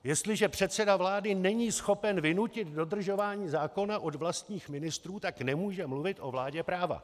Jestliže předseda vlády není schopen vynutit dodržování zákona od vlastních ministrů, tak nemůže mluvit o vládě práva.